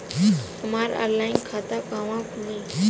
हमार ऑनलाइन खाता कहवा खुली?